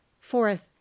Fourth